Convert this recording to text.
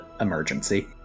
emergency